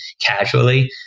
casually